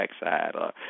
backside